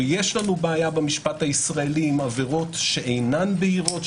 ויש לנו בעיה במשפט הישראלי עם עבירות שאינן בהירות,